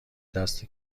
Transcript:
دست